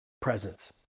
presence